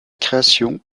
création